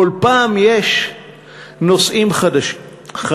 כל פעם יש נושאים חדשים.